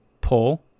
pull